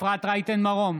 אפרת רייטן מרום,